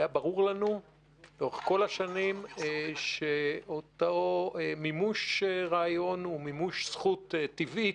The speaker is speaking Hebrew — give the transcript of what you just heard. היה ברור לנו לאורך כל השנים שאותו מימוש רעיון הוא מימוש זכות טבעית,